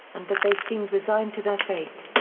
and that they seemed resigned to their fate.